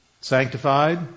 Sanctified